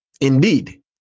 Indeed